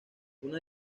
una